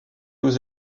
aux